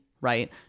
right